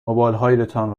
موبایلهایتان